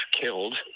killed